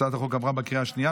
הצעת החוק עברה בקריאה השנייה.